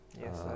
yes